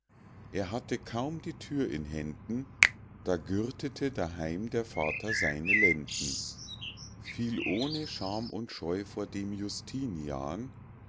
er hatte kaum die thür in händen da gürtete daheim der vater seine lenden fiel ohne scham und scheu vor dem justinian